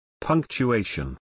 Punctuation